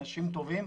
אנשים טובים,